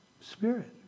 spirit